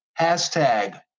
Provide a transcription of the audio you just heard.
hashtag